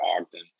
Ogden